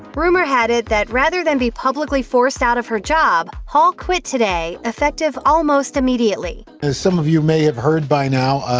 rumor had it that rather than be publicly forced out of her job, hall quit today, effective almost immediately. as some of you may have heard by now,